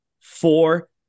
four